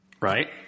right